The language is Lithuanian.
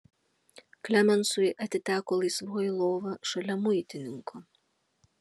klemensui atiteko laisvoji lova šalia muitininko